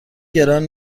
گران